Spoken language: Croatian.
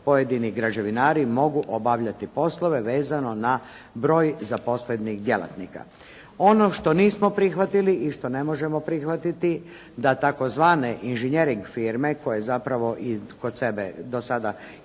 pojedini građevinari mogu obavljati poslove vezano na broj zaposlenih djelatnika. Ono što nismo prihvatili i što ne možemo prihvatiti da tzv. inženjering firme koje zapravo kod sebe do sada i